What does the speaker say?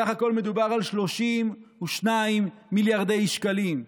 בסך הכול מדובר על 32 מיליארדי שקלים.